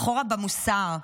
אחורה במוסר.